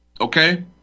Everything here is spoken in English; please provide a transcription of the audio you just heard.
Okay